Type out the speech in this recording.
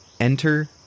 Enter